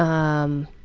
um,